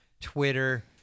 Twitter